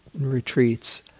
retreats